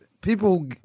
people